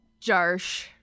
Jarsh